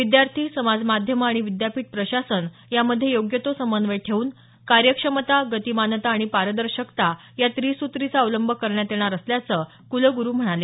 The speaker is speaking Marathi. विद्यार्थी समाजमाध्यमं आणि विद्यापीठ प्रशासन यामध्ये योग्य तो समन्वय ठेऊन कार्यक्षमता गतीमानता आणि पारदर्शकता या त्रिसूत्रीचा अवलंब करण्यात येणार असल्याचं कुलगुरू म्हणाले